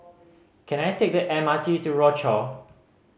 can I take the M R T to Rochor